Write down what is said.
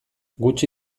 gutxi